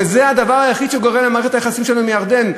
וזה הדבר היחיד שמדרדר את מערכת היחסים שלנו עם ירדן,